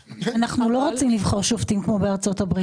אני לא תמיד אוהב את הדוגמאות של מה שנעשה בחוץ לארץ,